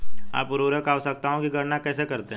आप उर्वरक आवश्यकताओं की गणना कैसे करते हैं?